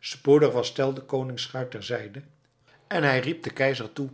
spoedig was tell de koningsschuit terzijde en hij riep den keizer toe